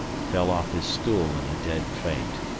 fell off his stool in a dead faint.